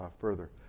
further